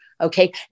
Okay